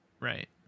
Right